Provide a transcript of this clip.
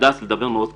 הדס, לדבר מאוד קל,